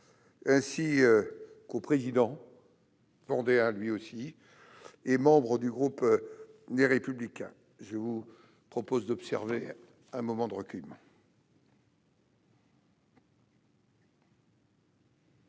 ainsi qu'au président- Vendéen, lui aussi -et aux membres du groupe Les Républicains. Je vous propose d'observer un moment de recueillement.